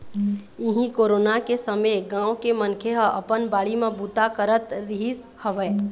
इहीं कोरोना के समे गाँव के मनखे ह अपन बाड़ी म बूता करत रिहिस हवय